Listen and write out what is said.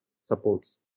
supports